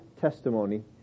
testimony